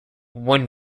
one